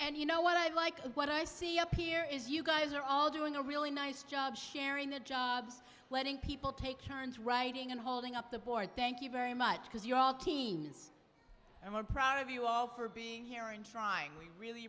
and you know what i like what i see up here is you guys are all doing a really nice job sharing the jobs letting people take turns writing and holding up the board thank you very much because you're all teens and we're proud of you all for being here and trying we really